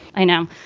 i know,